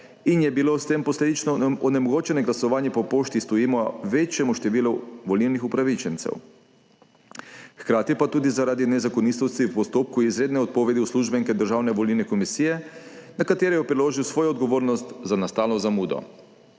in je bilo s tem posledično onemogočeno glasovanje po pošti večjemu številu volilnih upravičencev, hkrati pa tudi zaradi nezakonitosti v postopku izredne odpovedi uslužbenke Državne volilne komisije, na katero je preložil svojo odgovornost za nastalo zamudo.